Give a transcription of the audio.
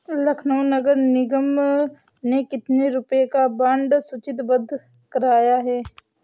लखनऊ नगर निगम ने कितने रुपए का बॉन्ड सूचीबद्ध कराया है?